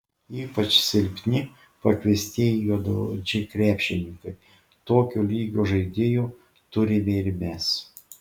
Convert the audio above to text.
ypač silpni pakviestieji juodaodžiai krepšininkai tokio lygio žaidėjų turime ir mes